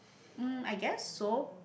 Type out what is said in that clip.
um I guess so